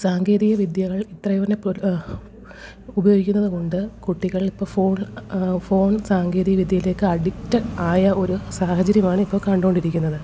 സാങ്കേതികവിദ്യകള് ഇത്രയോന phone phone സാങ്കേതിക വിദ്യയിലേക്ക് അഡിക്റ്റ് ആയ ഒരു സാഹചര്യം ആണ് ഇപ്പോൾ കണ്ടുകൊണ്ടിരിക്കുന്നത്